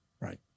Right